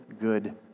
good